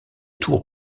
tour